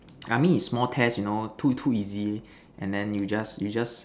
I mean if small test you know too too easy and then you just you just